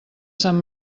sant